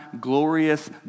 glorious